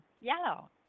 yellow